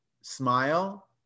smile